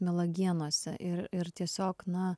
melagienose ir ir tiesiog na